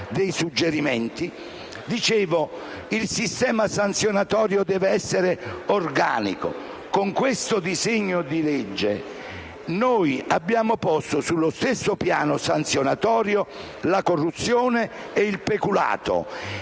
dei suggerimenti). Il sistema sanzionatorio deve essere organico. Con questo disegno di legge noi abbiamo posto sullo stesso piano sanzionatorio la corruzione e il peculato,